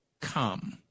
Come